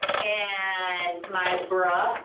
and my bruh,